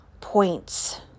points